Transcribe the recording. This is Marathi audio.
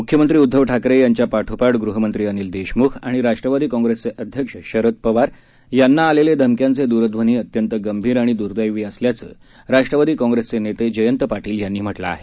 मुख्यमंत्री उद्धव ठाकरे यांच्या पाठोपाठ गृहमंत्री अनिल देशमुख आणि राष्ट्रवादी काँग्रेसचे अध्यक्ष शरद पवार यांना आलेले धमक्यांचे फोन अत्यंत गंभीर आणि दुर्दैवी असल्याचं राष्ट्रवादी काँग्रेसचे नेते जयंत पाटील यांनी म्हटलं आहे